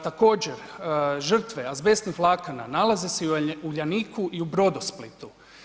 Također, žrtve azbestnih vlakana nalaze se i u Uljaniku i u Brodosplitu.